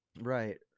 Right